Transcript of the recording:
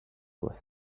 was